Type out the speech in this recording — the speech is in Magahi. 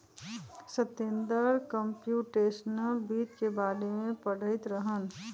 सतेन्दर कमप्यूटेशनल वित्त के बारे में पढ़ईत रहन